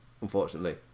unfortunately